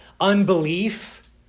Unbelief